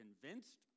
convinced